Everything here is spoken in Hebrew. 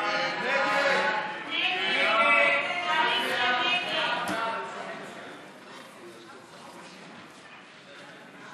ההסתייגות (17) של חבר הכנסת עפר שלח לפני סעיף 1 לא